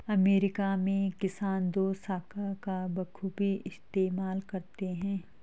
America में किसान दोशाखा का बखूबी इस्तेमाल करते हैं